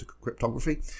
cryptography